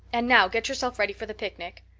and now get yourself ready for the picnic.